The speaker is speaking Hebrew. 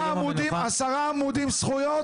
עשרה עמודים על זכויות,